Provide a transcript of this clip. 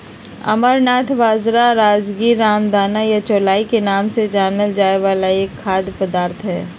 amaranth बाजरा, राजगीरा, रामदाना या चौलाई के नाम से जानल जाय वाला एक खाद्य पदार्थ हई